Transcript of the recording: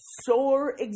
sore